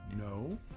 No